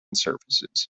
surfaces